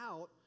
out